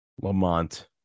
Lamont